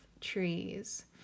trees